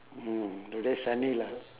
mm today sunny lah